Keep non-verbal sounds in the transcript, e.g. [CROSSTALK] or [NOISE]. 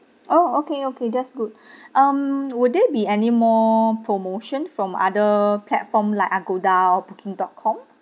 oh okay okay that's good [BREATH] um would there be any more promotion from other platform like Agoda or booking dot com